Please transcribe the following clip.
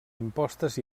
impostes